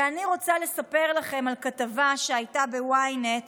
ואני רוצה לספר לכם על כתבה שהייתה ב-ynet